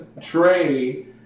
Trey